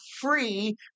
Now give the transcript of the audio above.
free